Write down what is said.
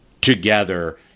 together